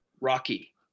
Rocky